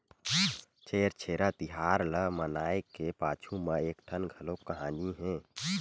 छेरछेरा तिहार ल मनाए के पाछू म एकठन घलोक कहानी हे